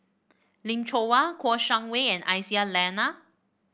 Lim Chong Kouo Shang Wei and Aisyah Lyana